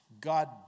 God